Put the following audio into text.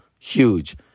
Huge